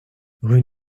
rue